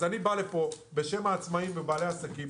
אני בא לפה בשם העצמאים ובעלי העסקים,